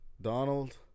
Donald